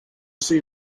see